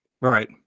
Right